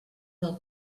del